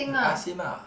you ask him ah